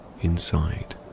inside